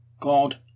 God